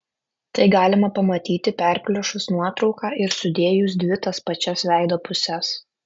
tai galima pamatyti perplėšus nuotrauką ir sudėjus dvi tas pačias veido puses